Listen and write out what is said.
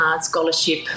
scholarship